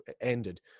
ended